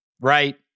right